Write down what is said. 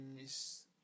miss